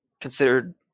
considered